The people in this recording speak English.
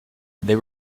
they